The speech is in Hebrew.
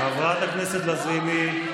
חברת הכנסת לזימי,